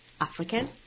African